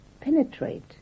penetrate